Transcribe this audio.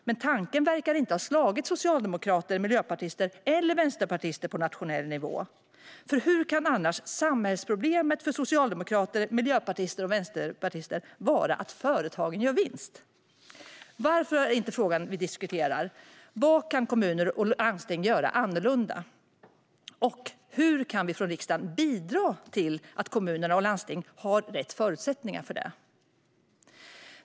Men tanken verkar inte ha slagit socialdemokrater, miljöpartister eller vänsterpartister på nationell nivå. Hur kan annars samhällsproblemet för socialdemokrater, miljöpartister och vänsterpartister vara att företagen gör vinst? Varför diskuterar vi inte vad kommuner och landsting kan göra annorlunda? Och hur kan vi från riksdagen bidra till att kommunerna och landstingen har rätt förutsättningar för det?